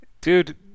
dude